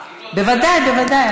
בוודאי, בוודאי.